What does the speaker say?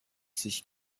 sich